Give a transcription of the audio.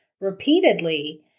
repeatedly